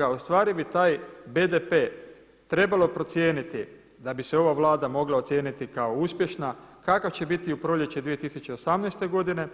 A ustvari bi taj BDP trebalo procijeniti da bi se ova Vlada mogla ocijeniti kao uspješna, kakav će biti u proljeće 2018. godine